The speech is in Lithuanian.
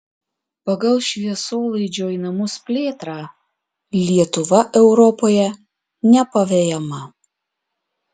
pagal šviesolaidžio į namus plėtrą lietuva europoje nepavejama